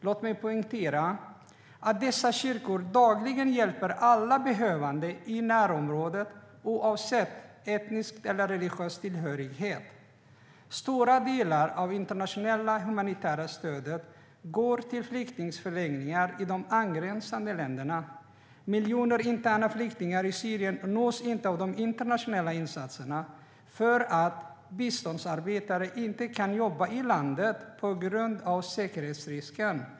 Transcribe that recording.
Låt mig poängtera att dessa kyrkor dagligen hjälper alla behövande i närområdet oavsett etnisk eller religiös tillhörighet. Stora delar av det internationella humanitära stödet går till flyktingförläggningar i de angränsande länderna. Miljoner interna flyktingar i Syrien nås inte av de internationella insatserna, för biståndsarbetare kan inte jobba i landet på grund av säkerhetsrisken.